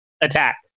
attack